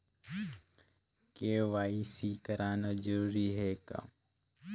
KYC कराना जरूरी है का?